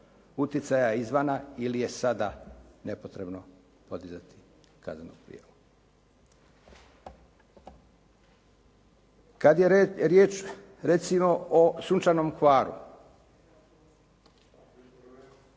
utjecaja izvana ili je sada nepotrebno podizati kaznenu prijavu. Kad je riječ recimo o "Sunčanom Hvaru"